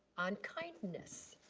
on kindness.